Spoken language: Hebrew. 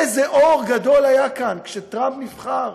איזה אור גדול היה כאן כשטראמפ נבחר.